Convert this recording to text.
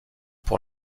pour